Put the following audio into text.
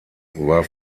war